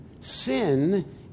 Sin